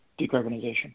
decarbonization